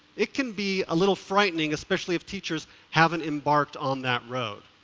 it can be a little frightening, especially if teachers haven't embarked on that road.